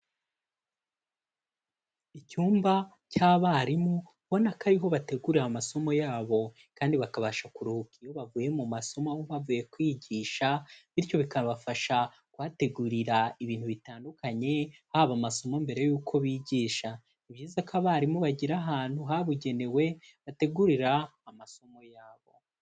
Icyumba cy'abarimu ubona ko ari ho bategurira amasomo yabo kandi bakabasha kuruhuka iyo bavuye mu masomo aho bavuye kwigisha, bityo bikabafasha kuhategurira ibintu bitandukanye, haba amasomo mbere y'uko bigisha, ni byiza ko abarimu bagira ahantu habugenewe bategurira amasomo yabo.